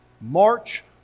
March